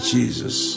Jesus